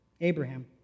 Abraham